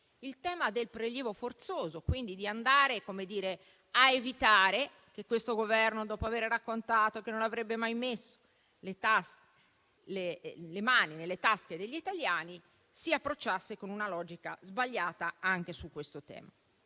il tema del prelievo forzoso, per evitare che questo Governo, dopo aver raccontato che non avrebbe mai messo le mani nelle tasche degli italiani, si approcciasse con una logica sbagliata anche a questo tema.